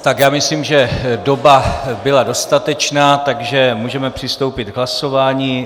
Tak, já myslím, že doba byla dostatečná, takže můžeme přistoupit k hlasování.